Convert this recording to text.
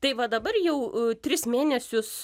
tai va dabar jau tris mėnesius